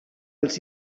els